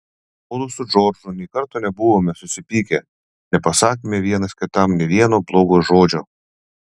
mudu su džordžu nė karto nebuvome susipykę nepasakėme vienas kitam nė vieno blogo žodžio